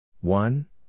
One